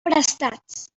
prestats